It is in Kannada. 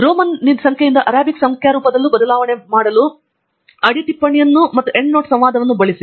ರೋಮನ್ನಿಂದ ಅರೆಬಿಕ್ಗೆ ಸಂಖ್ಯಾ ರೂಪದಲ್ಲಿ ಬದಲಾವಣೆ ಮಾಡಲು ಅಡಿಟಿಪ್ಪಣಿ ಮತ್ತು ಎಂಡ್ನೋಟ್ ಸಂವಾದವನ್ನು ಬಳಸಿ